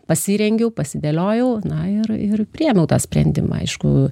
pasirengiau pasidėliojau na ir ir priėmiau tą sprendimą aišku